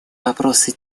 вопросы